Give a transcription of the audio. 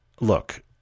Look